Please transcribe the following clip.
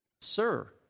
Sir